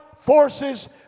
forces